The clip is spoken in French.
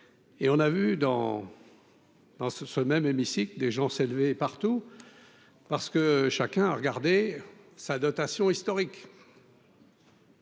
et on a vu dans. Dans ce ce même hémicycle des gens partout parce que chacun a regardé sa dotation historique.